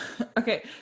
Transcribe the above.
Okay